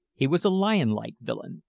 he was a lion-like villain,